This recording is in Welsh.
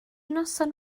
noson